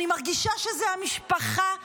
אני מרגישה שזו המשפחה שלי,